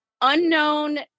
unknown